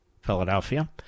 Philadelphia